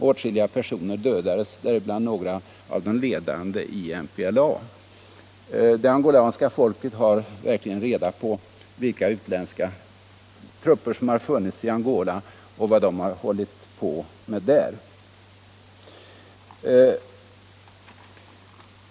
Åtskilliga personer dödades, däribland några av de ledande i MPLA. Det angolanska folket har verkligen reda på vilka utländska trupper som funnits i Angola och vad de hållit på med.